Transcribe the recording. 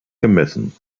gemessen